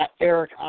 Eric